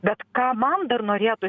bet ką man dar norėtų